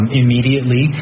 immediately